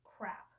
Crap